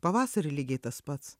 pavasarį lygiai tas pats